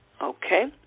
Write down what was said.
Okay